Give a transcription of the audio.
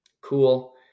Cool